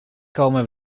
komen